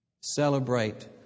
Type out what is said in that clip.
Celebrate